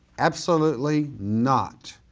absolutely not.